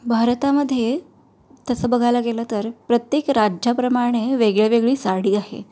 भारतामध्ये तसं बघायला गेलं तर प्रत्येक राज्याप्रमाणे वेगळ्यावेगळी साडी आहे